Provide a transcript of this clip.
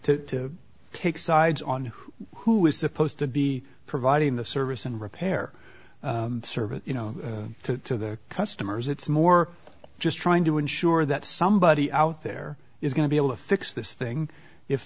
to take sides on who is supposed to be providing the service and repair service you know to their customers it's more just trying to ensure that somebody out there is going to be able to fix this thing if